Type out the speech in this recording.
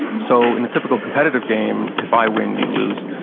so in a typical competitive game, if i win you lose.